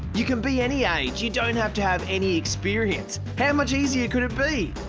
you can be any age. you don't have to have any experience. how much easier could it be?